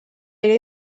era